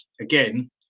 again